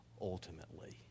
ultimately